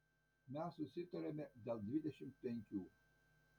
mes susitarėme dėl dvidešimt penkių